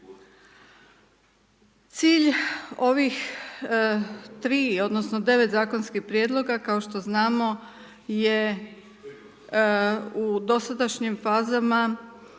Cilj ovih tri, odnosno, devet zakonskih prijedloga, kao što znamo je u dosadašnjim fazama,